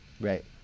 Right